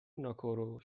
ناکورو